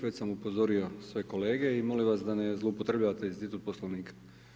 Već sam upozorio sve kolege i molim vas da ne zloupotrebljavate institut Poslovnika.